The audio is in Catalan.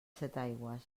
setaigües